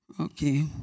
Okay